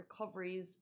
recoveries